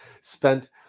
spent